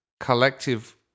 collective